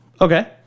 okay